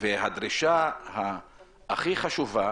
והדרישה הכי חשובה